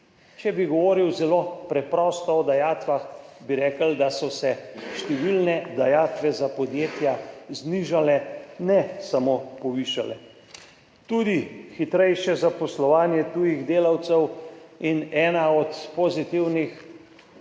Če bi govoril zelo preprosto o dajatvah, bi rekli, da so se številne dajatve za podjetja znižale, ne samo povišale. Tudi hitrejše zaposlovanje tujih delavcev. In ena od pozitivnih